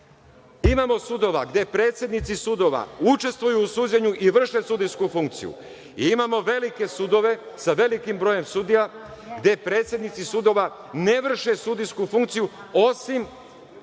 sudova gde predsednici sudova učestvuju u suđenju i vrše sudijsku funkciju i imamo velike sudove sa velikim brojem sudija gde predsednici sudova ne vrše sudijsku funkciju, osim